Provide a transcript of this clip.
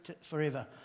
Forever